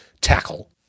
tackle